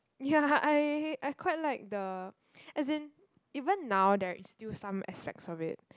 ya I I quite like the as in even now there is still some aspects of it